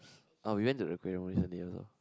oh we went to the aquarium recently also